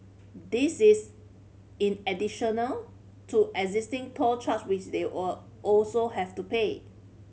this is in additional to existing toll charge which they'll a also have to pay